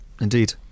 indeed